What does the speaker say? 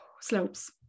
slopes